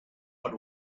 but